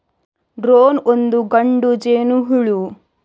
drone ಒಂದು ಗಂಡು ಜೇನುಹುಳು